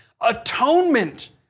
Atonement